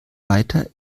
weiter